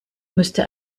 müsste